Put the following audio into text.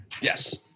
Yes